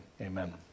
Amen